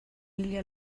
hila